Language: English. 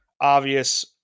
obvious